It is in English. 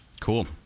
cool